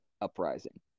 uprising